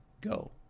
go